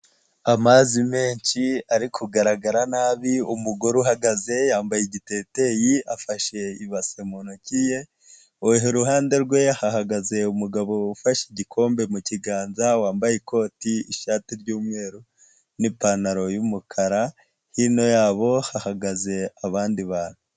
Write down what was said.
Amazi menshi ari kugaragara nabi umugore uhagaze yambaye igiteteyi afashe ibase mu ntoki ye, iruhande rwe hahagaze umugabo ufashe igikombe mu kiganza wambaye ikoti ishati y'umweru n'ipantaro y'umukara hino yabo hahagaze abandi bantu.